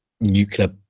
nuclear